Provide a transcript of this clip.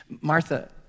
Martha